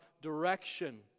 direction